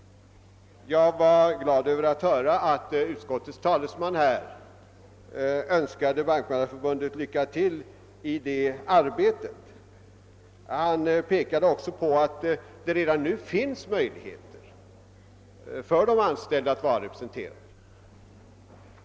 Jag var glad över att höra att utskot tets talesman önskade Bankmannaförbundet lycka till i det arbetet. Han pekade också på att det redan nu finns möjligheter för de anställda att vara representerade.